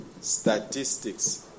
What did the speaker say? statistics